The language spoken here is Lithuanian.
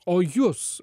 o jūs